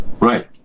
Right